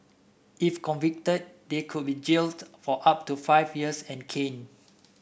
if convicted they could be jailed for up to five years and caned